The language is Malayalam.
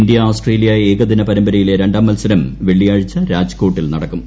ഇന്ത്യ ഓസ്ട്രേലിയ ഏകദിന പരമ്പരയിലെ രണ്ടാം മത്സരം വെള്ളിയാഴ്ച രാജ്കോട്ടിൽ നടക്കും